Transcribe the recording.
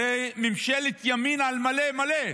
הרי זו ממשלת ימין על מלא מלא.